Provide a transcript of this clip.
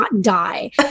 die